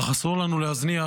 אך אסור לנו להזניח,